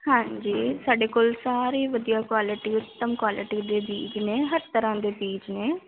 ਹਾਂਜੀ ਸਾਡੇ ਕੋਲ ਸਾਰੇ ਵਧੀਆ ਕੁਆਲਿਟੀ ਉੱਤਮ ਕੁਆਲਿਟੀ ਦੇ ਬੀਜ ਨੇ ਹਰ ਤਰ੍ਹਾਂ ਦੇ ਬੀਜ ਨੇ